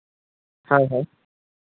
ᱦᱳᱭ ᱦᱳᱭ